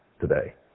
today